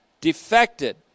defected